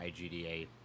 IGDA